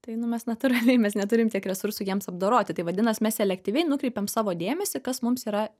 tai nu mes natūraliai mes neturim tiek resursų jiems apdoroti tai vadinas mes selektyviai nukreipiam savo dėmesį kas mums yra